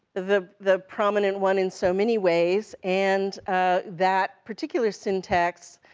the the prominent one, in so many ways, and that particular syntax,